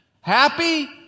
Happy